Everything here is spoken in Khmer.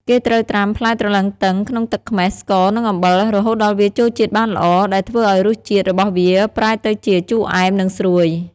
គេត្រូវត្រាំផ្លែទ្រលឹងទឹងក្នុងទឹកខ្មេះ ស្ករ និងអំបិល រហូតដល់វាចូលជាតិបានល្អ ដែលធ្វើឲ្យរសជាតិរបស់វាប្រែទៅជា ជូរអែម និងស្រួយ។